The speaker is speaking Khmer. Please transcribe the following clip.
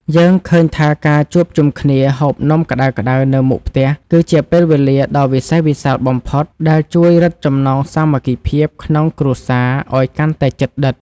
យើងឃើញថាការជួបជុំគ្នាហូបនំក្តៅៗនៅមុខផ្ទះគឺជាពេលវេលាដ៏វិសេសវិសាលបំផុតដែលជួយរឹតចំណងសាមគ្គីភាពក្នុងគ្រួសារឱ្យកាន់តែជិតដិត។